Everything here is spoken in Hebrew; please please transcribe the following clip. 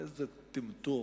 איזה טמטום,